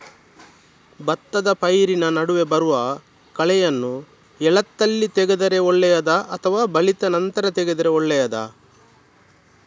ಭತ್ತದ ಪೈರಿನ ನಡುವೆ ಬರುವ ಕಳೆಯನ್ನು ಎಳತ್ತಲ್ಲಿ ತೆಗೆದರೆ ಒಳ್ಳೆಯದಾ ಅಥವಾ ಬಲಿತ ನಂತರ ತೆಗೆದರೆ ಒಳ್ಳೆಯದಾ?